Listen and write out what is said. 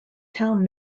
town